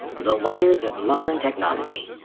the wonders of modern technology!